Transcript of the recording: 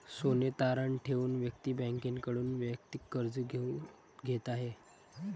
सोने तारण ठेवून व्यक्ती बँकेकडून वैयक्तिक कर्ज घेत आहे